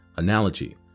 analogy